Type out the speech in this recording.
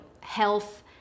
health